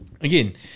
Again